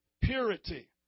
purity